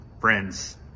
friends